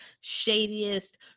shadiest